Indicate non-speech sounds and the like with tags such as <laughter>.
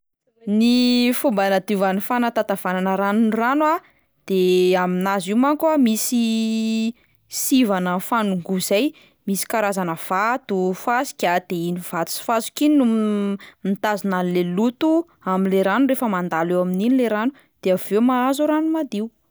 Ny fomba hanadiovan'ny fanatantavanana rano ny rano a: de aminazy io manko a misy <hesitation> sivana mifanongoa zay misy karazana vato, fasika; de iny vato sy fasika iny no m- mitazona an'le loto amin'le rano rehefa mandalo eo amin'iny le rano de avy eo mahazo rano madio.